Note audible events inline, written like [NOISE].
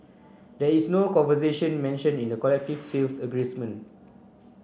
there is no conversation mentioned in the collective sales [UNINTELLIGIBLE]